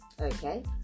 Okay